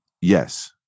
Yes